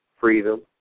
freedom